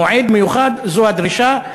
מועד מיוחד זו הדרישה,